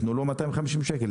תנו לו 250 שקלים,